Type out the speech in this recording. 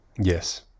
Yes